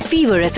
Fever